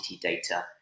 data